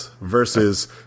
versus